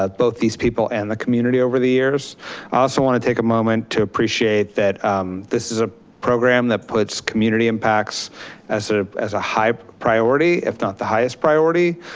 both these people and the community over the years. i also want to take a moment to appreciate that this is a program that puts community impacts as ah as a high priority, if not the highest priority,